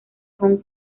hong